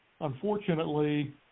unfortunately